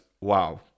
wow